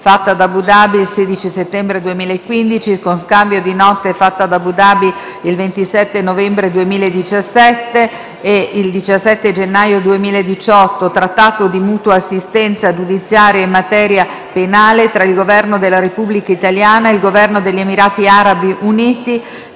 fatto ad Abu Dhabi il 16 settembre 2015, con Scambio di Note fatto ad Abu Dhabi il 27 novembre 2017 e il 17 gennaio 2018;* b) *Trattato di mutua assistenza giudiziaria in materia penale tra il Governo della Repubblica italiana e il Governo degli Emirati arabi uniti,